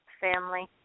family